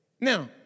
Now